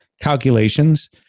calculations